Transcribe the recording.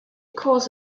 cause